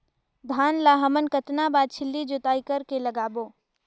धान ला हमन कतना बार छिछली जोताई कर के लगाबो?